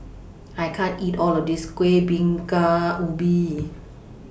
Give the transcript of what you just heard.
I can't eat All of This Kueh Bingka Ubi